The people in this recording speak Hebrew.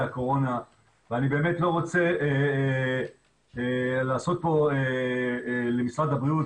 הקורונה ואני באמת לא רוצה לעשות פה למשרד הבריאות,